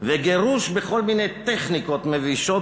וגירוש בכל מיני טכניקות מבישות,